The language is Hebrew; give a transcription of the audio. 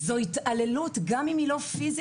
זו התעללות לכל דבר, גם אם היא לא פיזית.